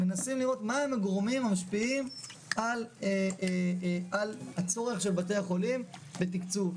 מנסים לראות מה הם הגורמים המשפיעים על הצורך של בתי החולים בתקצוב.